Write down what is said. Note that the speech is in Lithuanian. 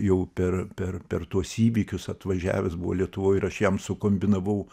jau per per per tuos įvykius atvažiavęs buvo lietuvoj ir aš jam sukombinavau